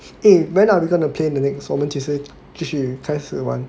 eh when are we going to play in the next 我们几时开始玩